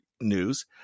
news